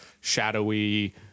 shadowy